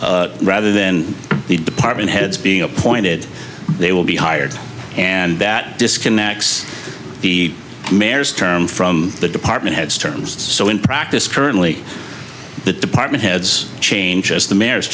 rather then the department heads being appointed they will be hired and that disconnects the mayor's term from the department heads terms so in practice currently the department heads change as the mayor